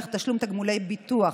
דרך תשלום תגמולי ביטוח),